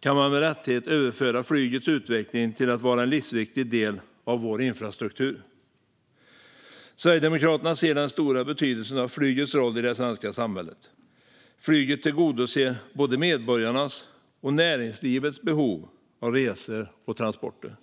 kan man med lätthet överföra det till flyget och dess utveckling som en livsviktig del av vår infrastruktur. Sverigedemokraterna ser den stora betydelsen av flyget i det svenska samhället. Flyget tillgodoser både medborgarnas och näringslivets behov av resor och transporter.